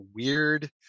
weird